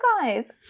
guys